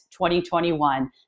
2021